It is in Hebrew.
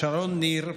שרון ניר,